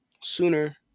Sooner